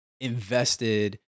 invested